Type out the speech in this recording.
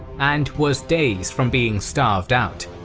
and was days from being starved out.